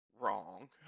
wrong